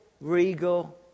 regal